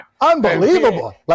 Unbelievable